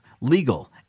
legal